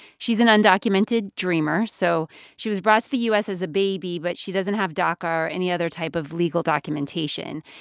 she's an undocumented dreamer. so she was brought to the u s. as a baby, but she doesn't have daca or any other type of legal documentation.